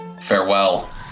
Farewell